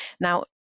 Now